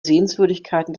sehenswürdigkeiten